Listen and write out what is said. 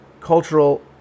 cultural